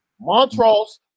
Montrose